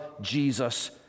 Jesus